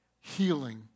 healing